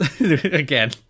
again